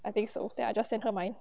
I think so then I just sent her mine